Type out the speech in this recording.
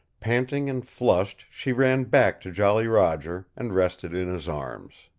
panting and flushed she ran back to jolly roger, and rested in his arms.